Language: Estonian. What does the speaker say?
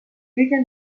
kõige